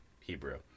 hebrew